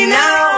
now